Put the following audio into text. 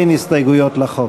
אין הסתייגויות לחוק.